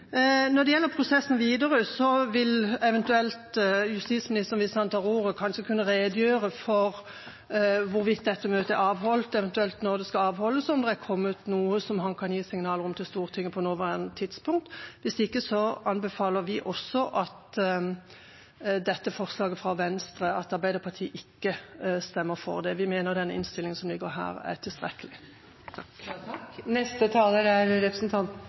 Når det gjelder prosessen videre, vil justisministeren – hvis han tar ordet – kanskje kunne redegjøre for hvorvidt dette møtet er avholdt, eventuelt når det skal avholdes, og om det har kommet fram noe som han kan gi signaler om til Stortinget på det nåværende tidspunkt. Hvis ikke anbefaler vi at Arbeiderpartiet ikke stemmer for forslaget fra Venstre. Vi mener innstillinga er tilstrekkelig. De foregående talerne – ikke minst siste taler – har, som forslagstillerne, både beskrevet og anerkjent hvilken problemstilling dette er